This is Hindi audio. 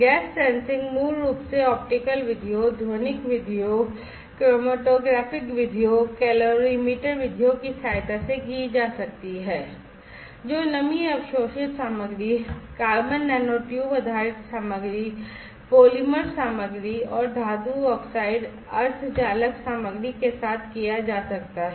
गैस सेंसिंग मूल रूप से ऑप्टिकल विधियों ध्वनिक विधियों chromatographic विधियों कैलोरीमीटर विधियों की सहायता से की जा सकती है जो नमी अवशोषित सामग्री कार्बन नैनोट्यूब आधारित सामग्री बहुलक सामग्री के साथ किया जा सकता है